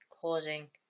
Causing